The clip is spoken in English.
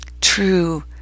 true